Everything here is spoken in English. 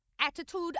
Attitude